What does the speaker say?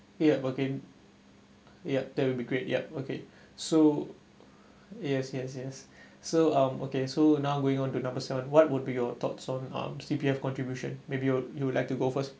ya okay ya that will be great yup okay so yes yes yes so um okay so now going onto numbers seven what would be your thoughts on um C_P_F contribution maybe you you'd like to go first